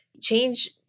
change